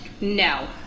No